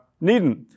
needn't